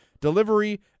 Delivery